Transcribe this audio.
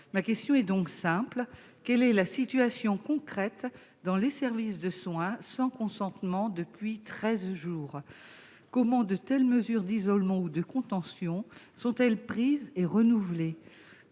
Mes questions sont donc simples : quelle est la situation concrète dans les services de soins sans consentement depuis treize jours ? Comment de telles mesures d'isolement ou de contention sont-elles prises et renouvelées ?